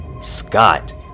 scott